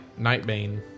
Nightbane